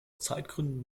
zeitgründen